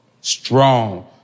strong